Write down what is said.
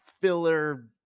filler